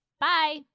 Bye